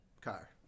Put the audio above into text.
car